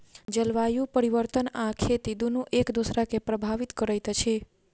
जलवायु परिवर्तन आ खेती दुनू एक दोसरा के प्रभावित करैत अछि